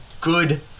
good